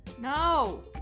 No